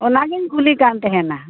ᱚᱱᱟᱜᱤᱧ ᱠᱩᱞᱤ ᱠᱟᱱ ᱛᱟᱦᱮᱱᱟ